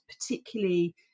particularly